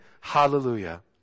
Hallelujah